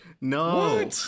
No